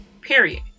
period